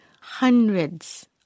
hundreds